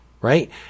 right